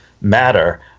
matter